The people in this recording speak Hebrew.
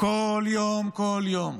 כל יום, כל יום,